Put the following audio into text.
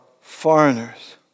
foreigners